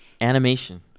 Animation